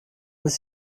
ist